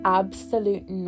absolute